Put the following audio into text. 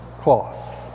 cloth